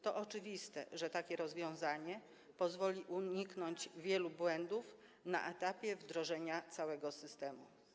To oczywiste, że takie rozwiązanie pozwoli uniknąć wielu błędów na etapie wdrażania całego systemu.